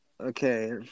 Okay